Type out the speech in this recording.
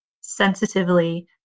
sensitively